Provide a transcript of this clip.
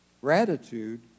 gratitude